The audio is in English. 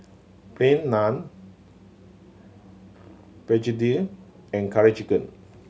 Plain Naan begedil and Curry Chicken